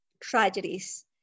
tragedies